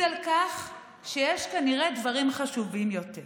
על כך שיש כנראה דברים חשובים יותר.